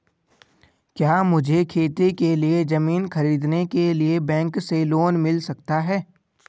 क्या मुझे खेती के लिए ज़मीन खरीदने के लिए बैंक से लोन मिल सकता है?